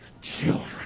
children